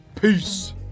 peace